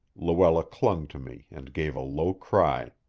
luella clung to me and gave a low cry.